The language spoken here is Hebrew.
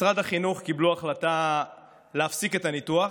משרד החינוך קיבל החלטה להפסיק את הניתוח,